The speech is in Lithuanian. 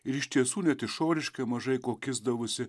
ir iš tiesų net išoriškai mažai kuo kisdavusi